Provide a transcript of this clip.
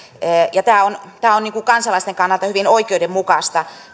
ja tämä on tämä on kansalaisten kannalta hyvin oikeudenmukaista